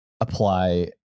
apply